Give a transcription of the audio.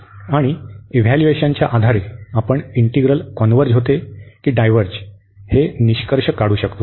आणि इव्हॅल्यूएशनच्या आधारे आपण इंटीग्रल कॉन्व्हर्ज होते की डायव्हर्ज हे निष्कर्ष काढू शकतो